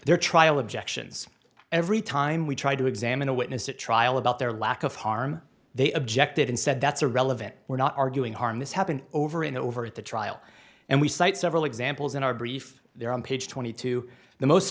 their trial objections every time we try to examine a witness at trial about their lack of harm they objected and said that's a relevant we're not arguing harm this happened over and over at the trial and we cite several examples in our brief there on page twenty two the most